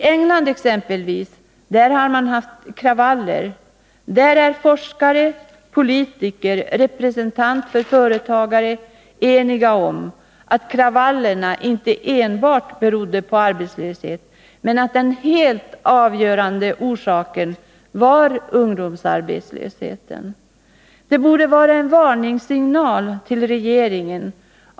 I England exempelvis har man haft kravaller, och där är forskare, politiker och representanter för företagare eniga om att kravallerna inte enbart berodde på arbetslöshet, man att den helt avgörande orsaken var ungdomsarbetslöshet. Det borde vara en varningssignal till regeringen.